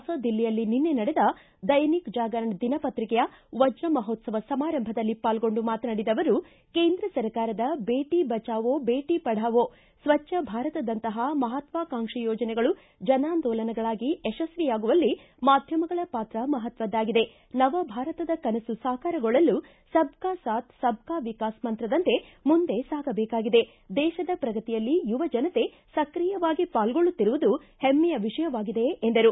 ಹೊಸ ದಿಲ್ಲಿಯಲ್ಲಿ ನಿನ್ನೆ ನಡೆದ ದೈನಿಕ್ ಜಾಗರಣ್ ದಿನಪತ್ರಿಕೆಯ ವಜ್ರಮಹೋತ್ಸವ ಸಮಾರಂಭದಲ್ಲಿ ಪಾಲ್ಗೊಂಡು ಮಾತನಾಡಿದ ಅವರು ಕೇಂದ್ರ ಸರ್ಕಾರದ ಬೇಟಿ ಬಜಾವೋ ಬೇಟಿ ಪಡಾವೋ ಸ್ವಜ್ವ ಭಾರತದಂತಹ ಮಹಾತ್ವಾಕಾಂಕ್ಷಿ ಯೋಜನೆಗಳು ಜನಾಂದೋಲನಗಳಾಗಿ ಯಶಸ್ವಿಯಾಗುವಲ್ಲಿ ಮಾಧ್ಯಮಗಳ ಪಾತ್ರ ಮಪತ್ವದ್ದಾಗಿದೆ ನವಭಾರತದ ಕನಸು ಸಾಕಾರಗೊಳ್ಳಲು ಸಬ್ ಕಾ ಸಾಥ್ ಸಬ್ ಕಾ ವಿಕಾಸ್ ಮಂತ್ರದಂತೆ ಮುಂದೆ ಸಾಗಬೇಕಾಗಿದೆ ದೇಶದ ಪ್ರಗತಿಯಲ್ಲಿ ಯುವಜನತೆ ಸಕ್ರಿಯವಾಗಿ ಪಾಲ್ಗೊಳ್ಳುತ್ತಿರುವುದು ಹೆಮ್ಮೆಯ ವಿಷಯವಾಗಿದೆ ಎಂದರು